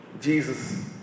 Jesus